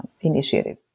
initiative